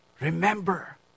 remember